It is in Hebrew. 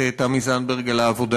אתה יכול לרצות.